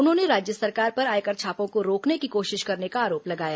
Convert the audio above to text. उन्होंने राज्य सरकार पर आयकर छापों को रोकने की कोशिश करने का आरोप लगाया